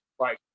Right